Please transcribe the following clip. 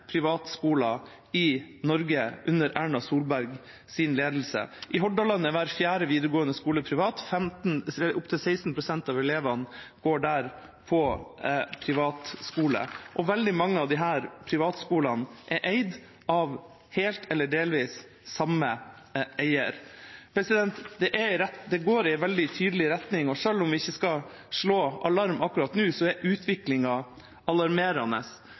privatskole. Veldig mange av disse privatskolene er, helt eller delvis, eid av samme eier. Det går i en veldig tydelig retning, og selv om vi ikke skal slå alarm akkurat nå, er utviklingen alarmerende.